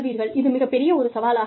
இது மிகப்பெரிய ஒரு சவாலாக மாறும்